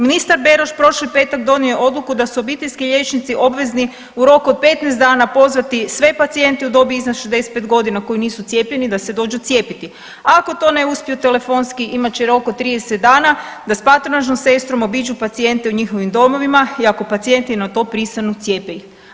Ministar Beroš prošli petak je donio odluku da su obiteljski liječnici obvezni u roku od 15 dana pozvati sve pacijente u dobi iznad 65 godina koji nisu cijepljeni da se dođu cijepiti, ako to ne uspiju telefonski imat će rok od 30 dana da s patronažnom sestrom obiđu pacijente u njihovim domovima i ako pacijenti na to pristanu, cijepe ih.